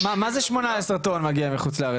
מה זה אומר 18 טון מגיע מחו"ל?